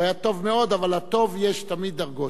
הוא היה טוב מאוד, אבל לטוב יש תמיד דרגות.